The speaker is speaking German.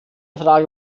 frage